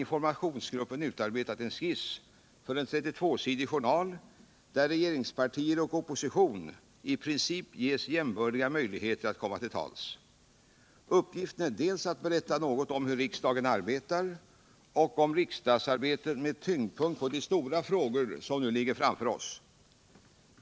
Informationsgruppen har utarbetat en skiss till en 32-sidig journal, där regeringspartier och opposition i princip ges jämbördiga möjligheter att komma till tals. Denna kan alltså komma till användning under förutsättning att riksdagen bifaller förslaget. Uppgiften är att berätta något om hur riksdagen arbetar och om riksdagsarbetet med tyngdpunkt på de stora frågor som nu ligger framför oss.